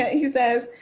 he says,